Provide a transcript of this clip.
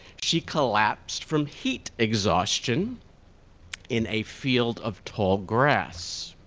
she collapsed from heat exhaustion in a field of tall grass.